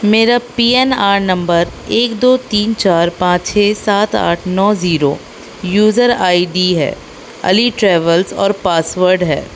میرا P N R نمبر ایک دو تین چار پانچ چھ سات آٹھ نو زیرو یوزر آئی ڈی ہے علی ٹریولس اور پاسورڈ ہے